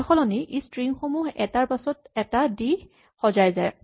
তাৰসলনি ই ষ্ট্ৰিং সমূহ এটাৰ পাছত এটা দি সজাই যায়